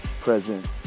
present